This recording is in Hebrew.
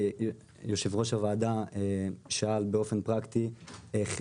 יושב ראש הוועדה שאל באופן פרקטי איך,